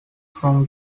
from